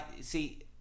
see